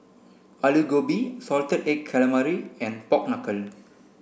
Aloo Gobi salted egg calamari and pork knuckle